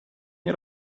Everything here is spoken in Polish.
nie